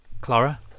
clara